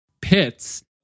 pits